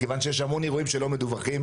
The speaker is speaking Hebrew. מכיוון שיש הרבה אירועים שלא מדווחים,